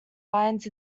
lines